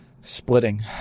Splitting